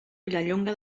vilallonga